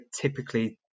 typically